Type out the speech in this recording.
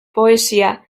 poesia